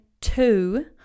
two